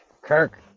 Kirk